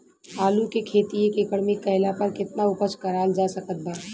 आलू के खेती एक एकड़ मे कैला पर केतना उपज कराल जा सकत बा?